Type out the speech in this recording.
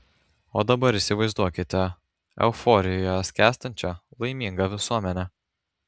o dabar įsivaizduokite euforijoje skęstančią laimingą visuomenę